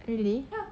really